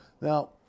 Now